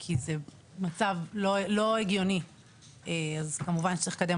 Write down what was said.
כי זה מצב לא הגיוני אז כמובן שצריך לקדם